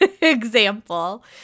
Example